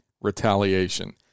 retaliation